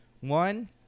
One